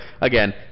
Again